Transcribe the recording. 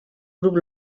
grup